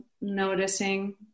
noticing